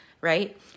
Right